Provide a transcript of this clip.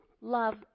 love